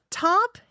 top